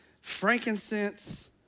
frankincense